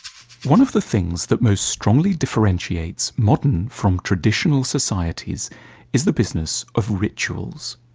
one of the things that most strongly differentiates modern from traditional societies is the business of rituals.